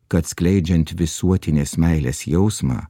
kad skleidžiant visuotinės meilės jausmą